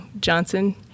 Johnson